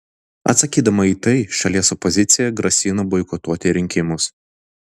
atsakydama į tai šalies opozicija grasina boikotuoti rinkimus